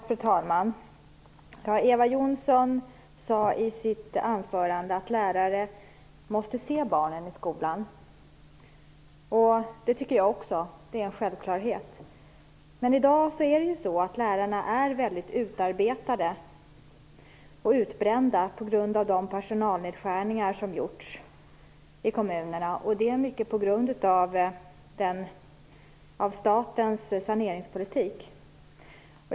Fru talman! Eva Johansson sade i sitt anförande att lärarna måste se barnen i skolan. Det tycker jag också. Det är en självklarhet. Men i dag är lärarna väldigt utarbetade och utbrända på grund av de personalnedskärningar som har gjorts i kommunerna, och detta till följd av statens saneringspolitik.